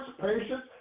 patience